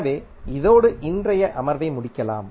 எனவே இதோடு இன்றைய அமர்வை முடிக்கலாம்